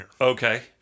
Okay